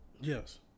Yes